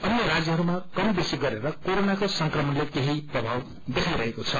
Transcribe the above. अन्य राज्यहरूम कम बेसी गरेर कोरोनाको संक्रमणले केही प्रभाव देखाइरहेको छ